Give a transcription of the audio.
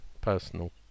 Personal